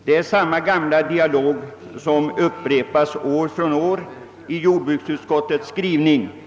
Det har varit samma gamla dialog som upprepats i jordbruksutskottets skrivning år efter år.